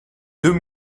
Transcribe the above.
deux